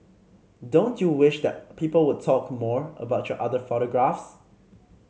don't you wish that people would talk more about your other photographs